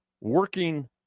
working